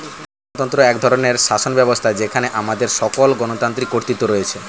গণতন্ত্র এক ধরনের শাসনব্যবস্থা যেখানে আমাদের সকল গণতান্ত্রিক কর্তৃত্ব রয়েছে